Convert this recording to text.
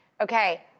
Okay